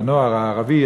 לנוער הערבי,